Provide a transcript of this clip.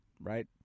right